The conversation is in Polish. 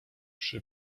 przy